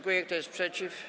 Kto jest przeciw?